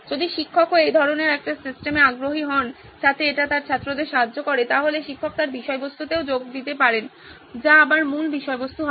যদি শিক্ষকও এই ধরনের একটি সিস্টেমে আগ্রহী হন যাতে এটি তার ছাত্রদের সাহায্য করে তাহলে শিক্ষক তার বিষয়বস্তুতেও যোগ দিতে পারেন যা আবার মূল বিষয়বস্তু হবে